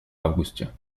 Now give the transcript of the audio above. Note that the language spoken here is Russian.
августе